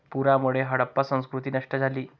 पुरामुळे हडप्पा संस्कृती नष्ट झाली